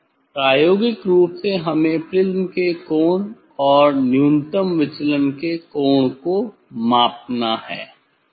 प्रायोगिक रूप से हमें प्रिज्म के कोण और न्यूनतम विचलन के कोण को मापना है ठीक है